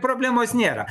problemos nėra